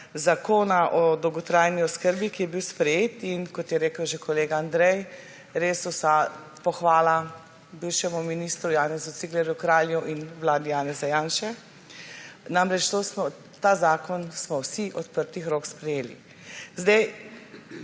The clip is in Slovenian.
zakona o dolgotrajni oskrbi, ki je bil sprejet in, kot je že rekel kolega Andrej, res vsa pohvala bivšemu ministru Janezu Ciglerju Kralju in vladi Janezu Janše. Ta zakon smo vsi odprtih rok sprejeli.